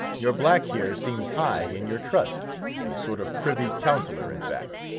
your black here seems high in your trust a sort of privy-counselor, in fact.